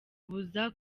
abuza